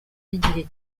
y’igihe